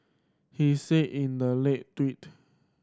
he said in the late tweet